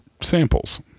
Samples